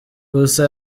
gusa